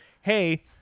hey